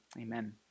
amen